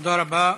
תודה רבה.